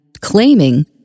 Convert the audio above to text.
claiming